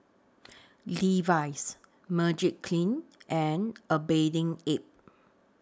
Levi's Magiclean and A Bathing Ape